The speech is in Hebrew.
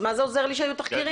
אז מה עוזר שיש תחקירים?